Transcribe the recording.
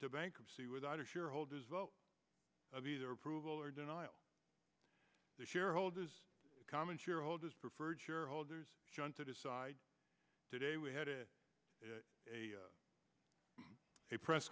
into bankruptcy without a shareholders vote of either approval or denial their shareholders common shareholders preferred shareholders shunted aside today we had it a press